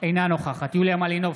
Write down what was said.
אינה נוכחת יוליה מלינובסקי,